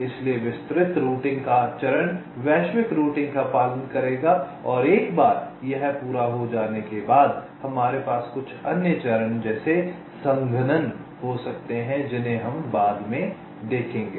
इसलिए विस्तृत रूटिंग का चरण वैश्विक रूटिंग का पालन करेगा और एक बार यह पूरा हो जाने के बाद हमारे पास कुछ अन्य चरण जैसे संघनन हो सकते हैं जिन्हें हम बाद में देखेंगे